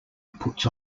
puts